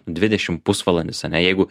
dvidešim pusvalandis ane jeigu